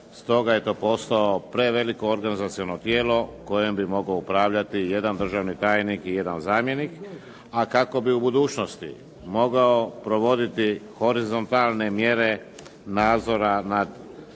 stoga je to postao preveliko organizaciono tijelo kojim bi mogao upravljati jedan državni tajnik i jedan zamjenik. A kako bi u budućnosti mogao provoditi horizontalne mjere nadzora nad